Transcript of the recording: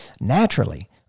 naturally